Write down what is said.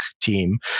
team